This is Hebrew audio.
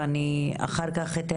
ולא עושים עם זה משהו.